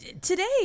today